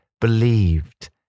believed